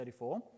34